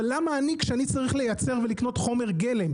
אבל למה אני כשאני צריך לייצר ולקנות חומר גלם,